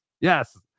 yes